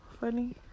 funny